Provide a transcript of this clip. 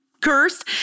cursed